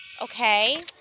Okay